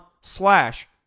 slash